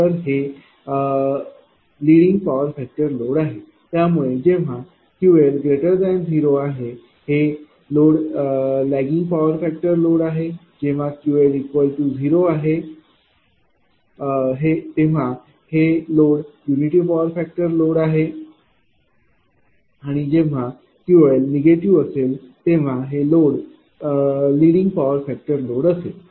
तर हे leading power factor load आहे त्यामुळे जेव्हा QL 0 आहे हे load lagging power factor load आहे जेव्हा QL0आहे हे load unity power factor load आहे आणि जेव्हा QLनिगेटिव्ह असेल तर ते लिडींग पॉवर फॅक्टर लोड असेल